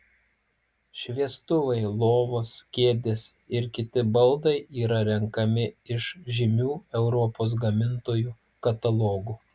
šviestuvai lovos kėdės ir kiti baldai yra renkami iš žymių europos gamintojų katalogų